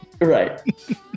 right